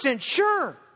sure